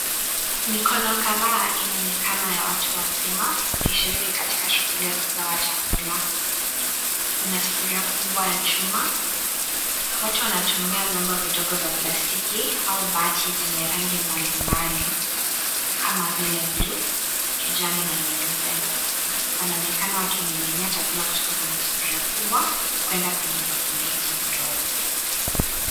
Mikono kadhaa inaonekana ya watu wazima wakishiriki katika shughuli ya kugawa chakula. Kuna sufuria kubwa ya chuma. Watu wanatumia vyombo vidogo vya plastiki au baadhi za rangi mbalimbali kama vile buluu, kijani na nyeupe . Wanaonekana wakimiminia chakula kutoka kwenye sufuria kubwa kwenda kwenye bakuli hizo ndogo.